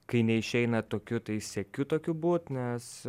kai neišeina tokiu tai siekiu tokiu būt nes